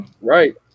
right